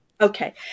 Okay